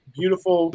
beautiful